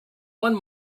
won